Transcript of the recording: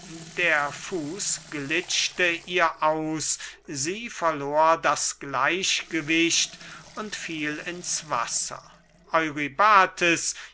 der fuß glitschte ihr aus sie verlor das gleichgewicht und fiel ins wasser